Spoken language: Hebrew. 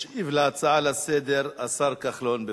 ישיב על ההצעה לסדר השר כחלון, בבקשה.